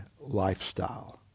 lifestyle